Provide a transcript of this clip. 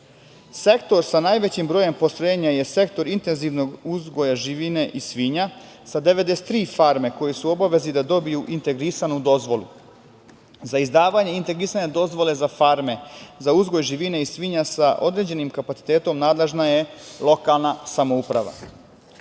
sa najvećim brojem postrojenja je sektor intenzivnog uzgoja živine i svinja sa 93 farme, koje su u obavezi da dobiju integrisanu dozvolu. Za izdavanje integrisane dozvole za farme za uzgoj živine i svinja sa određenim kapacitetom nadležna je lokalna samouprava. Farme